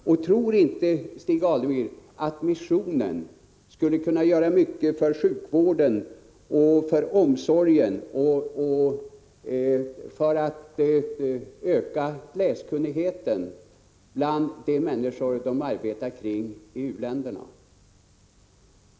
Och tror inte Stig Alemyr att missionen skulle kunna göra mycket för sjukvården, för omsorgen och för att öka läskunnigheten bland de människor den arbetar kring i u-länderna?